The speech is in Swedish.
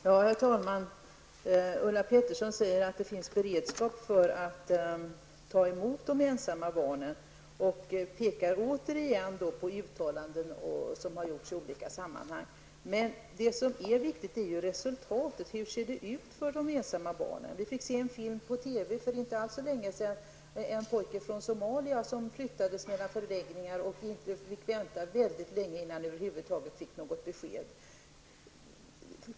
Herr talman! Ulla Pettersson säger att det finns beredskap för att ta emot de ensamma barnen. Hon pekar återigen på uttalanden som har gjorts i olika sammanhang. Men det viktiga är resultatet. Hur ser det ut för de ensamma barnen? Vi kunde se en film på TV för inte alltför länge sedan som handlade om en pojke från Somalia som flyttades mellan förläggningar och fick vänta länge innan han över huvud taget fick något besked.